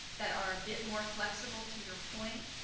that are a bit more flexible to your point,